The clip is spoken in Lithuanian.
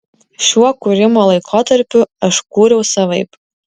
šiuo kūrimo laikotarpiu aš kūriau savaip